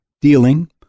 dealing